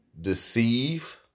deceive